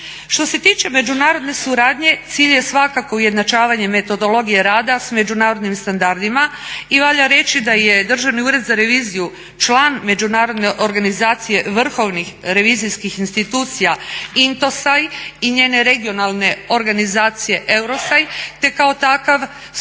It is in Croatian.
Što se tiče međunarodne suradnje cilj je svakako ujednačavanje metodologije rada s međunarodnim standardima i valja reći da je Državni ured za reviziju član Međunarodne organizacije vrhovnih revizijskih institucija INTOSAI i njene regionalne organizacije EUROSAI, te kao takav